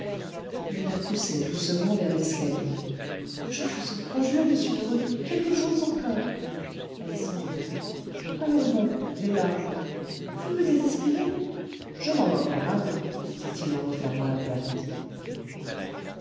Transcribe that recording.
il la poussait doucement vers l'escalier je vous en conjure monsieur lheureux quelques jours encore elle sanglotait allons bon des larmes vous me désespérez je m'en moque pas mal dit-il en refermant la porte